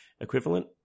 equivalent